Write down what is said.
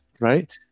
right